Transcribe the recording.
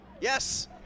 yes